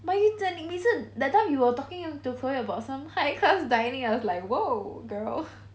but you 每次 that time you were talking to chloe about some high class dining I was like !whoa! girl